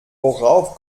worauf